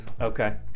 Okay